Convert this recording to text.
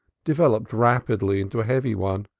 developed rapidly into a heavy one,